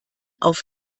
auf